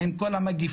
עם כל המגפה,